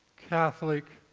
catholic,